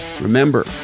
Remember